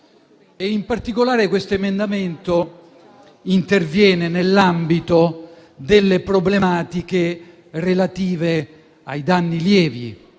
In particolare, questo emendamento interviene nell'ambito delle problematiche relative ai danni lievi.